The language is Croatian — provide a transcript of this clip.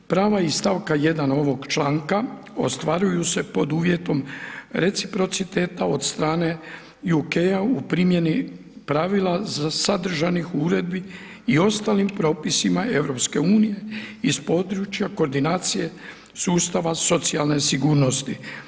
Prava iz stavaka 12. ovog članka, ostvaraju se pod uvjetom reciprociteta od strane UK-a u primjeni pravila sadržanih u uredbi i ostalim propisima EU, iz područja koordinacije sustava socijalne sigurnosti.